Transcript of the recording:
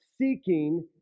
seeking